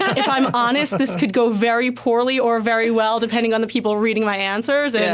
if i'm honest, this could go very poorly or very well depending on the people reading my answers. and